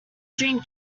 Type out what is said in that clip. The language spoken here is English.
drink